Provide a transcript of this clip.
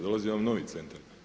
Dolazi vam novi centar.